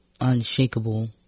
unshakable